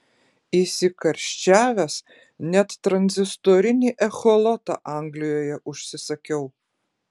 įsikarščiavęs net tranzistorinį echolotą anglijoje užsisakiau